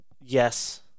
Yes